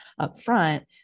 upfront